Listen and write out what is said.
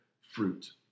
fruit